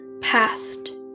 past